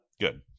Good